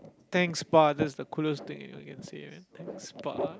thanks pa that's the coolest thing anyone can say man thanks pa